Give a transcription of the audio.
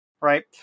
right